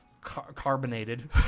carbonated